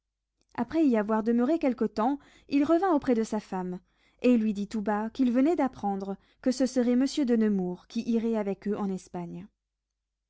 après y avoir demeuré quelque temps il revint auprès de sa femme et lui dit tout bas qu'il venait d'apprendre que ce serait monsieur de nemours qui irait avec eux en espagne